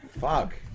Fuck